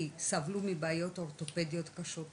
כי סבלו מבעיות אורטופדיות קשות,